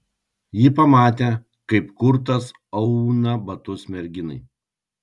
ji pamatė kaip kurtas auna batus merginai